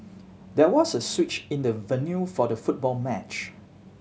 there was a switch in the venue for the football match